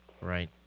Right